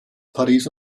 paris